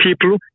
people